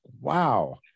Wow